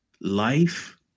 life